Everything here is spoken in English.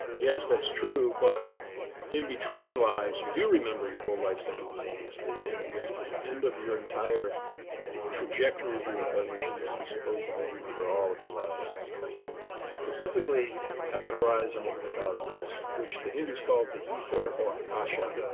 yes, that's true, but in between lives you do remember your whole life simultaneously and again, at the end of your entire trajectory, reincarnations, you supposedly remember all of your lives simultaneously. specifically at the horizon of of the cosmos which the hindus call the ether or acacia.